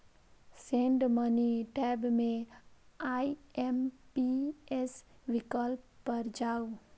send money tab मे IMPS विकल्प पर जाउ